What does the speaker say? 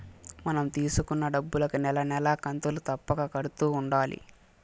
మనం తీసుకున్న డబ్బులుకి నెల నెలా కంతులు తప్పక కడుతూ ఉండాలి